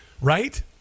Right